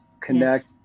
connect